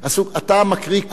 אתה מקריא קודם כול,